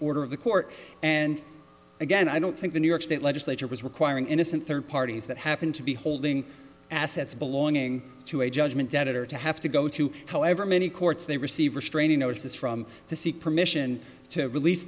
order of the court and again i don't think the new york state legislature was requiring innocent third parties that happen to be holding assets belonging to a judgment debtor to have to go to however many courts they receive restraining orders from to seek permission to release